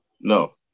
No